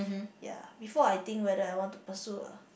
ya before I think whether I want to pursue